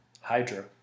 Hydra